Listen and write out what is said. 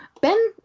Ben